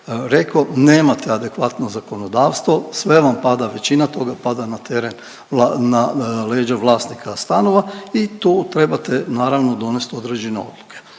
rekao nemate adekvatno zakonodavstvo, sve vam pada, većina toga pada na teret, na leđa vlasnika stanova i tu trebate naravno donesti određene odluke.